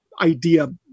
idea